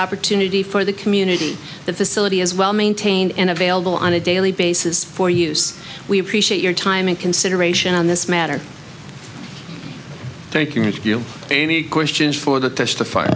opportunity for the community the facility is well maintained and available on a daily basis for use we appreciate your time and consideration on this matter thank you amy questions for the testif